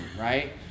right